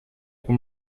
que